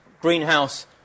greenhouse